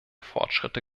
fortschritte